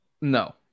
No